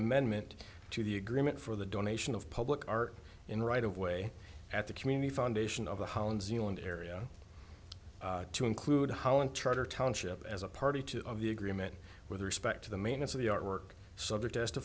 amendment to the agreement for the donation of public art in right of way at the community foundation of the holland zealand area to include holland charter township as a party to of the agreement with respect to the maintenance of the artwork subject as to